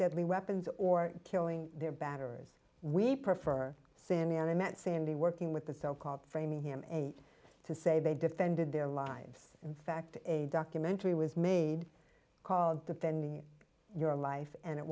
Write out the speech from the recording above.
deadly weapons or killing their batterers we prefer scenario met sandy working with the so called framingham eight to say they defended their lives in fact a documentary was made called defending your life and